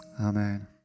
Amen